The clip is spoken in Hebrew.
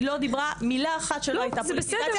היא לא דיברה מילה אחת שלא הייתה פוליטיזציה,